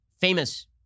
famous